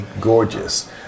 gorgeous